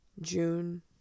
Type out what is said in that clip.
june